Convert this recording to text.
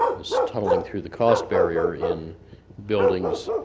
this tunneling through the cost barrier in buildings,